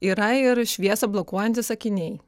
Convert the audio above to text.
yra ir šviesą blokuojantys akiniai